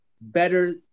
better